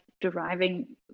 deriving